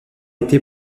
été